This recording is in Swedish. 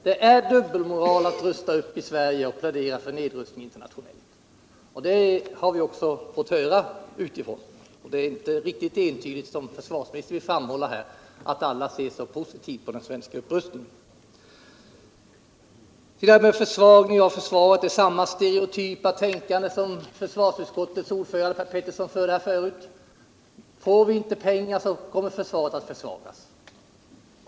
Det är dubbelmoral att rusta upp i Sverige och plädera för nedrustning internationellt. Det har vi också fått höra utifrån. Försvarsministern framhåller att alla ser positivt på den svenska upprustningen, men det är inte riktigt entydigt. Ni har svarat med samma stereotypa tänkande som försvarsutskottets ordförande Per Petersson här förut gav uttryck för, nämligen att försvaret kommer att försvagas om det inte får pengar.